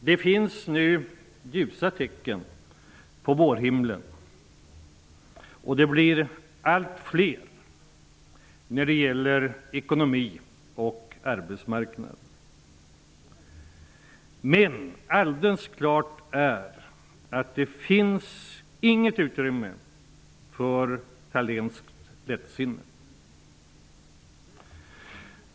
Det finns nu ljusa tecken på vårhimlen. De blir allt fler när det gäller ekonomin och arbetsmarknaden. Men det är alldeles klart att det inte finns något utrymme för Thalénskt lättsinne.